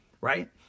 right